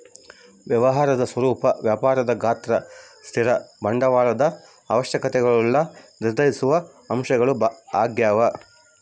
ವ್ಯವಹಾರದ ಸ್ವರೂಪ ವ್ಯಾಪಾರದ ಗಾತ್ರ ಸ್ಥಿರ ಬಂಡವಾಳದ ಅವಶ್ಯಕತೆಗುಳ್ನ ನಿರ್ಧರಿಸುವ ಅಂಶಗಳು ಆಗ್ಯವ